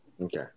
Okay